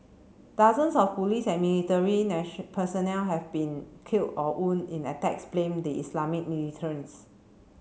dozens of police and military personnel have been killed or wound in attacks blamed the Islamist militants